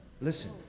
Listen